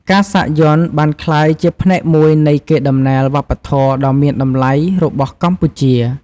ការសាក់យ័ន្តបានក្លាយជាផ្នែកមួយនៃកេរដំណែលវប្បធម៌ដ៏មានតម្លៃរបស់កម្ពុជា។